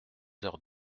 heures